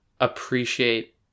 appreciate